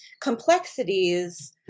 complexities